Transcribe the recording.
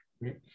right